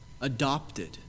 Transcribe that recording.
adopted